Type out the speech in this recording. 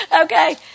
Okay